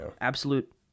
absolute